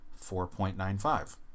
4.95